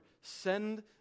send